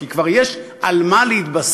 כי כבר יש על מה להתבסס,